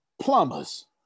plumbers